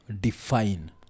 define